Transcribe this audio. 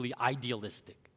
idealistic